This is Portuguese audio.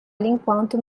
enquanto